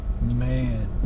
Man